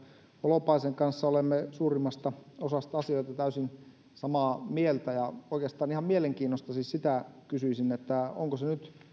holopaisen kanssa olemme suurimmasta osasta asioita täysin samaa mieltä oikeastaan ihan mielenkiinnosta siis kysyisin onko se nyt